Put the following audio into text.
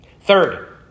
Third